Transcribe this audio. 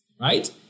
Right